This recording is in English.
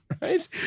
right